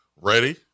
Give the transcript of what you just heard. ready